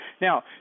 Now